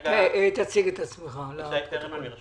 בעל שליטה בחברה מעטים לפי חוק התכנית לסיוע